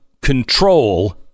control